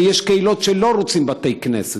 ויש קהילות שלא רוצות בתי כנסת.